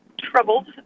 troubled